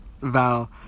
Val